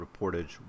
reportage